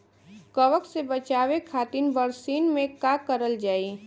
कवक से बचावे खातिन बरसीन मे का करल जाई?